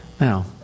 Now